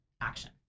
action